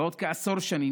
בעוד כעשור האוכלוסייה